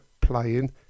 playing